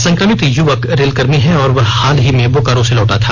संकमित युवक रेलकर्मी है और वह हाल ही में बोकारो से लौटा था